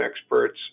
experts